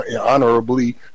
honorably